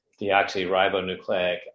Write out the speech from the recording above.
deoxyribonucleic